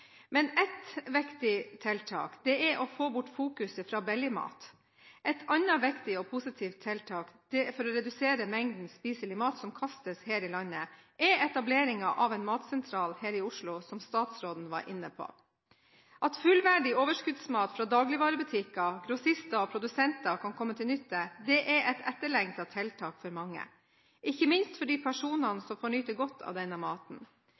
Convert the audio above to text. viktig tiltak er å få bort fokuseringen på billigmat. Et annet viktig og positivt tiltak for å redusere mengden spiselig mat som kastes her i landet, er etableringen av en matsentral i Oslo, som statsråden var inne på. At fullverdig overskuddsmat fra dagligvarebutikker, grossister og produsenter kan komme til nytte, er et etterlengtet tiltak for mange, ikke minst for de personene som får nyte godt av denne maten.